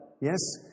Yes